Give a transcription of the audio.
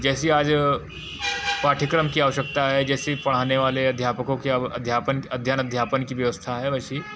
जैसी आज पाठ्यक्रम की आवश्यकता है जैसी पढ़ाने वाले अध्यापकों के अब अध्यापन के अध्ययन अध्यापन की व्यवस्था है वैसे ही